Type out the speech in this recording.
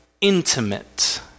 intimate